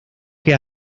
que